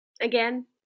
Again